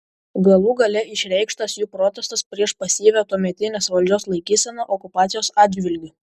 galų gale išreikštas jų protestas prieš pasyvią tuometinės valdžios laikyseną okupacijos atžvilgiu